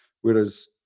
whereas